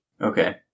Okay